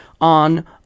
on